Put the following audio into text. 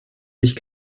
sich